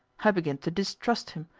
i begin to distrust him,